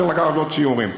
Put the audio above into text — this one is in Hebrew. צריך לקחת עוד שיעורים.